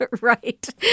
right